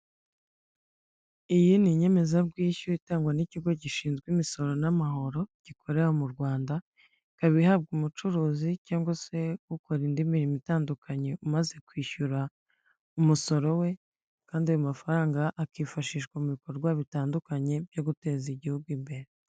Iyi ni inyemezabwishyu itangwa n'ikigo gishinzwe imisoro n'amahoro, gikorera mu rwanda. Ikaba ihabwa umucuruzi cyangwa se ukora indi mirimo itandukanye, umaze kwishyura umusoro we, kandi ayo mafaranga akifashishwa mu bikorwa bitandukanye byo guteza igihugu imbere.